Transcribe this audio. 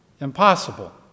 impossible